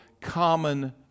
common